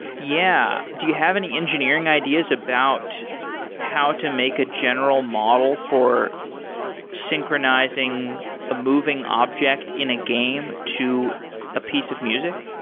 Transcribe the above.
yeah. do you have any engineering ideas about how to make a general model for synchronizing a moving object in a game to a piece of music?